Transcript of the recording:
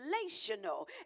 relational